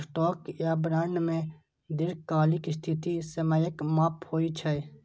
stock या bond मे दीर्घकालिक स्थिति समयक माप होइ छै